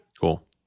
Cool